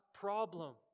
problem